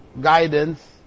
guidance